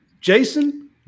Jason